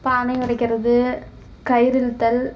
பானை உடைக்கிறது கயிறு இழுத்தல்